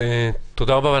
תודה רבה.